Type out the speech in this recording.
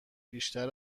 بیشتر